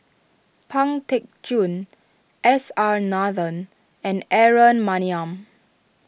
Pang Teck Joon S R Nathan and Aaron Maniam